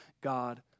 God